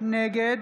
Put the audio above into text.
נגד